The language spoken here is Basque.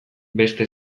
beste